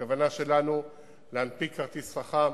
הכוונה שלנו להנפיק כרטיס חכם,